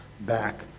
back